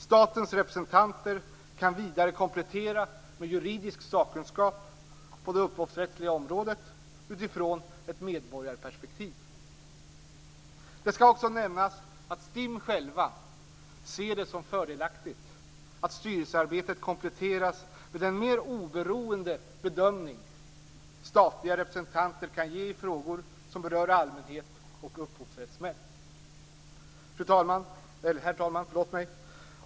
Statens representanter kan vidare komplettera med juridisk sakkunskap på det upphovsrättsliga området i ett medborgarperspektiv. Det skall också nämnas att STIM självt ser det som fördelaktigt att styrelsearbetet kompletteras med den mer oberoende bedömning som statliga representanter kan ge i frågor som berör allmänhet och upphovsmän. Herr talman!